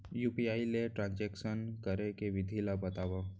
UPI ले transaction करे के विधि ला बतावव?